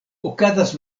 okazas